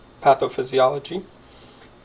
pathophysiology